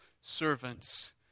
servants